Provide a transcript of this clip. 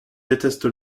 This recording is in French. déteste